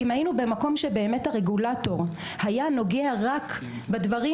אם היינו במקום שהרגולטור באמת היה נוגע רק בדברים